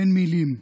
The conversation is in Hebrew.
אין מילים.